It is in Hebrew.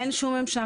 אין שום ממשק.